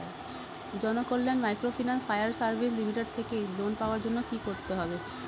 Janakalyan microfinance fire service limited থেকে loan পাওয়ার জন্য কি করতে হবে?